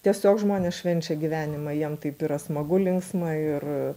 tiesiog žmonės švenčia gyvenimą jiem taip yra smagu linksma ir